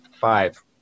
Five